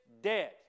dead